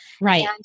Right